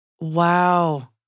Wow